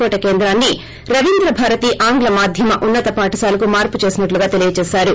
కోట కేంద్రాన్ని రవీంద్రభారతి ఆంగ్లమాధ్యమ ఉన్నత పాఠశాలకు మార్పు చేసినట్లు తెలిపారు